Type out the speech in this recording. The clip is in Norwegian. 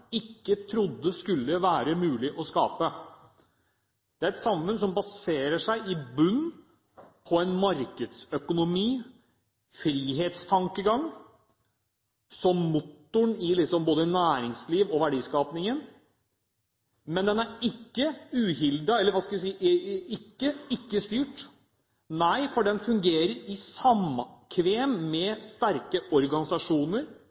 ikke trodde det skulle være mulig å skape. Det er et samfunn som i bunnen baserer seg på en markedsøkonomi, en frihetstankegang, som motoren i både næringsliv og verdiskapingen. Men den er ikke uhildet eller – skal vi si – ikke-styrt, for den fungerer i samkvem med sterke organisasjoner